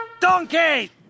Donkey